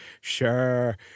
sure